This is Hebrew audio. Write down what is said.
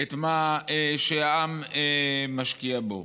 את מה שהעם משקיע בו.